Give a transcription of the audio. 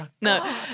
No